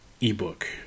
ebook